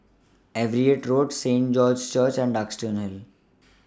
Everitt Road Saint George's Church and Duxton Hill